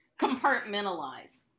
Compartmentalize